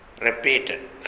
repeated